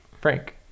Frank